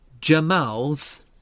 Jamal's